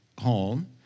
home